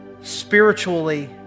spiritually